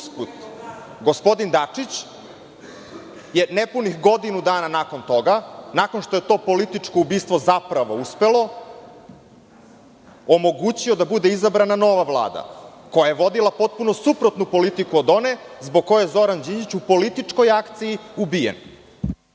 gospodin Dačić je nepunih godinu dana nakon toga, nakon što je to političko ubistvo, zapravo uspelo, omogućio da bude izabrana nova Vlada, koja je vodila potpuno suprotnu politiku od one zbog koje je Zoran Đinđić, u političkoj akciji ubijen.